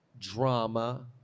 drama